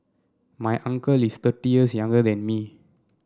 my uncle is thirty years younger than me